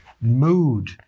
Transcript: mood